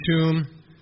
tomb